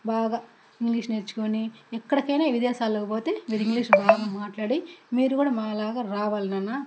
బాగా ఇంగ్లీష్ నేర్చుకోని ఎక్కడికైనా విదేశాలు పోతే మీరు ఇంగ్లీష్ బాగా మాట్లాడి మీరు కూడా మాలాగా రావలి నానా